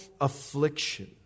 affliction